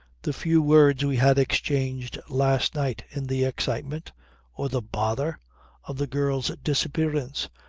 the few words we had exchanged last night in the excitement or the bother of the girl's disappearance,